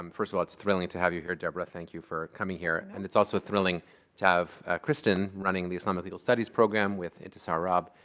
um first of all, it's thrilling to have you here, deborah. thank you for coming here. and it's also thrilling to have kristen running the islamic legal studies program with intisar rabb.